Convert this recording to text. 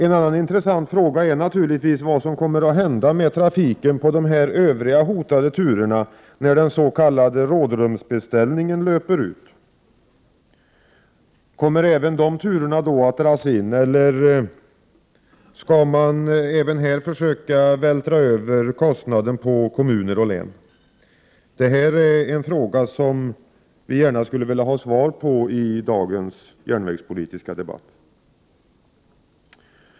En annan intressant fråga är vad som kommer att hända med trafiken på övriga hotade turer när den s.k. rådrumsbeställningen löper ut. Kommer även de turerna att då dras in, eller skall man även här vältra över kostnaderna på kommuner och län? Vi skulle gärna vilja ha svar på den frågan i dagens järnvägspolitiska debatt.